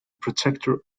protector